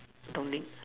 don't need